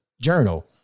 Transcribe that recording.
journal